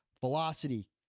Velocity